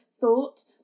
thought